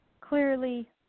clearly